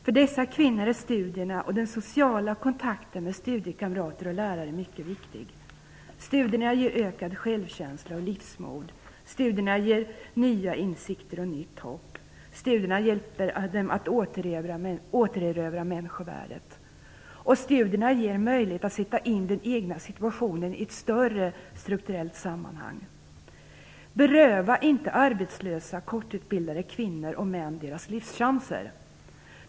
För dessa kvinnor är studierna och den sociala kontakten med studiekamrater och lärare mycket viktig. Studierna ger ökad självkänsla och livsmod. Studierna ger nya insikter och nytt hopp och hjälper dem att återerövra människovärdet. Studierna ger möjlighet att sätta in den egna situationen i ett större strukturellt sammanhang. Beröva inte arbetslösa korttidsutbildade kvinnor och män deras livschanser!